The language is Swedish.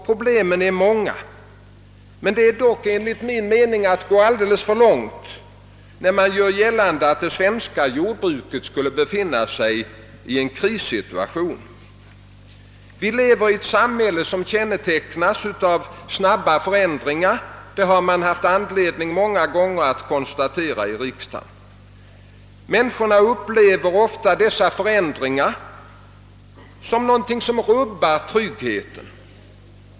Problemen är många, men det är dock enligt min mening att gå alldeles för långt när man gör gällande att det svenska jordbruket skulle befinna sig i en krissituation. Vi lever i ett samhälle som kännetecknas av snabba förändringar; det har man många gånger haft anledning att konstatera i riksdagen. Mänmiskorna upplever ofta dessa förändringar som någonting som rubbar tryggheten.